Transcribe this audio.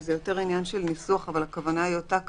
שזה יותר עניין של ניסוח אבל הכוונה היא אותה כוונה,